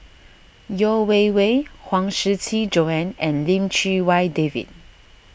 Yeo Wei Wei Huang Shiqi Joan and Lim Chee Wai David